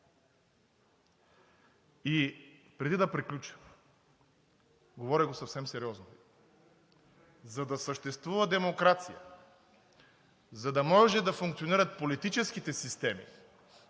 И преди да приключа – говоря съвсем сериозно, за да съществува демокрация, за да може да функционират политическите системи,